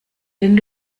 den